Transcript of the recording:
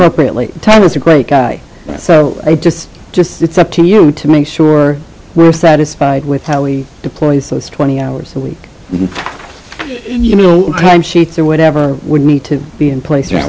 tely time is a great guy so i just just it's up to you to make sure we're satisfied with how we deploy so it's twenty hours a week and you know time sheets or whatever would need to be in place or